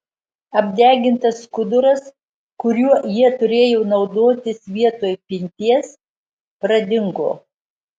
apdegintas skuduras kuriuo jie turėjo naudotis vietoj pinties pradingo